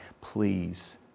Please